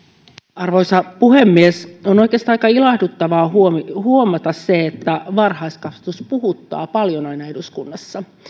arvoisa puhemies on oikeastaan aika ilahduttavaa huomata huomata se että varhaiskasvatus puhuttaa paljon aina eduskunnassa